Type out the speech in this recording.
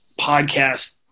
podcast